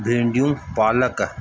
भींडियूं पालक